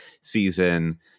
season